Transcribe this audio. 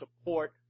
support